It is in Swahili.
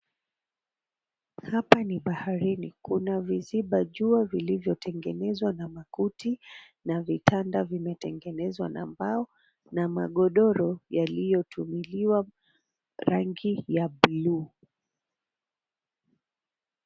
Hapa ni baharini, kuna viziba jua zilizotengenezwa na makuti na vitanda vimetengenezwa na mbao na magodoro yaliyotumiwa rangi la buluu.